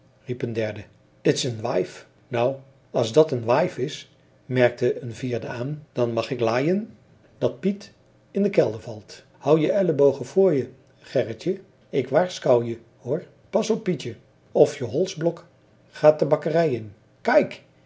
riep een derde t is en waif nou as dat en waif is merkte een vierde aan dan mag ik laien dat piet in de kelder valt hou je ellebogen vr je gerritje ik waarskou je hoor pas op pietje of je holsblok gaat de bakkerij in